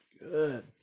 Good